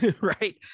right